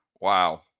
Wow